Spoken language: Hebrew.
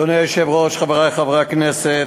אדוני היושב-ראש, חברי חברי הכנסת,